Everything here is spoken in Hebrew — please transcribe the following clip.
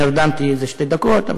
נרדמתי איזה שתי דקות.